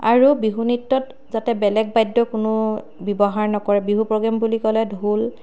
আৰু বিহু নৃত্যত যাতে বেলেগ বাদ্য কোনো ব্যৱহাৰ নকৰে বিহু প্ৰগ্ৰেম বুলি ক'লে ঢোল